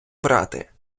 брати